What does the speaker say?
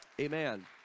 Amen